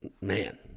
man